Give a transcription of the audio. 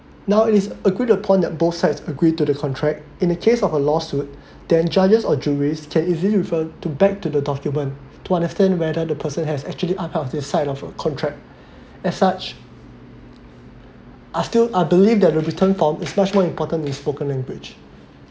now it is agreed upon that both sides agreed to the contract in a case of a lawsuit then judges or juries can easily refer to back to the document to understand whether the person has actually out of his side of a contract as such I still I believe that the written form is much more important than spoken language